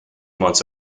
months